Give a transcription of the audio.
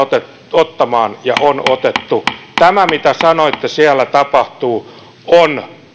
ottamaan ja on otettu tämä mitä sanoitte että siellä tapahtuu on